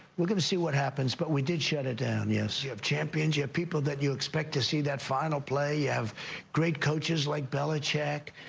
we're gonna see what happens, but we did shut it down, yes. you have champions. you have people that you expect to see that final play. you have great coaches like belichick.